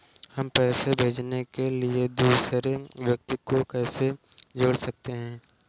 हम पैसे भेजने के लिए दूसरे व्यक्ति को कैसे जोड़ सकते हैं?